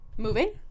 moving